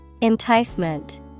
Enticement